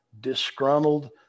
disgruntled